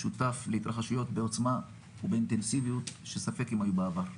שותף להתרחשויות בעוצמה ובאינטנסיביות שספק אם היו בעבר.